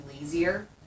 lazier